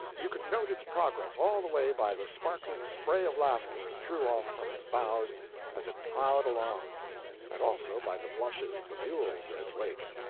you could note its progress all the way by the sparkling spray of laughter it threw off from its bows as it plowed along and also by the blushes of the mules in its wake.